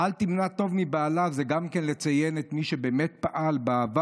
"אל תמנע טוב מבעליו" זה גם לציין את מי שבאמת פעל בעבר.